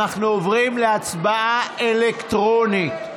אנחנו עוברים להצבעה אלקטרונית.